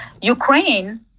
Ukraine